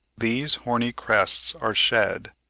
these horny crests are shed,